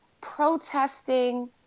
protesting